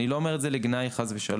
אני לא אומר את זה לגנאי, חס ושלום.